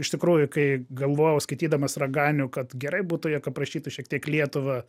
iš tikrųjų kai galvojau skaitydamas raganių kad gerai būtų jog aprašytų šiek tiek lietuvą